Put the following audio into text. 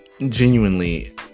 genuinely